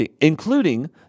including